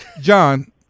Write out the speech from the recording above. John